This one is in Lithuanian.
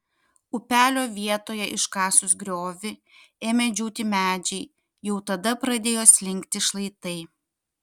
upelio vietoje iškasus griovį ėmė džiūti medžiai jau tada pradėjo slinkti šlaitai